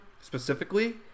specifically